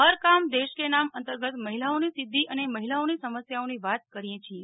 હર કામ દેશ કે નામ અંતર્ગત મહિલાઓની સિદ્ધિ અને મહિલાઓની સમસ્યાઓની વાત કરીએ છીએ